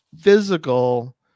physical